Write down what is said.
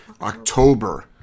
October